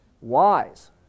Wise